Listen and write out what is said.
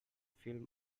film